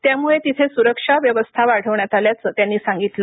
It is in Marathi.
त्यामुळे तिथे सुरक्षा वाढवण्यात आल्याचं त्यांनी सांगितलं